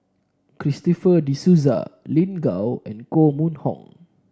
Christopher De Souza Lin Gao and Koh Mun Hong